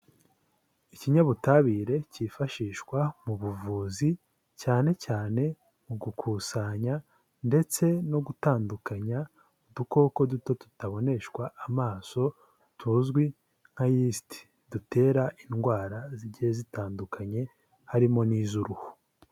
Ikinyabutabire cyifashishwa mu buvuzi cyane cyane mu gukusanya ndetse no gutandukanya udukoko duto tutaboneshwa amaso tuzwi nka yisite dutera indwara zigiye zitandukanye harimo n'iz'uruhu.